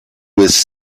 was